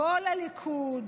כל הליכוד,